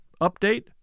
Update